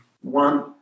One